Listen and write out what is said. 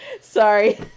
Sorry